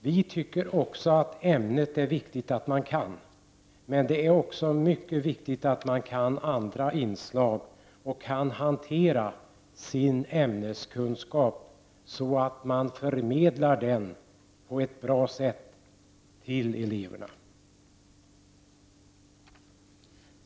Vi tycker att det är viktigt att man kan ämnet, men det är också mycket viktigt att man kan andra inslag och kan hantera sin ämneskunskap så att man förmedlar den på ett bra sätt till eleverna.